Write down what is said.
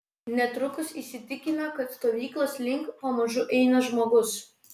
netrukus įsitikino kad stovyklos link pamažu eina žmogus